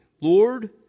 Lord